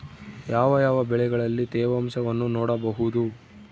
ಯಾವ ಯಾವ ಬೆಳೆಗಳಲ್ಲಿ ತೇವಾಂಶವನ್ನು ನೋಡಬಹುದು?